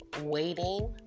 waiting